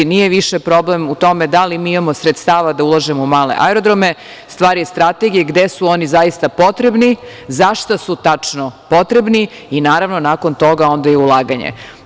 Nije više problem u tome da li mi imamo sredstava da ulažemo u male aerodrome, stvar je strategije gde su oni zaista potrebni, zašta su tačno potrebni i naravno nakon toga onda i ulaganje.